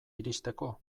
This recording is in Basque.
iristeko